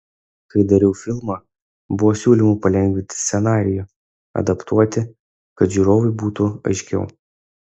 kai dariau filmą buvo siūlymų palengvinti scenarijų adaptuoti kad žiūrovui būtų aiškiau